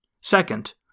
Second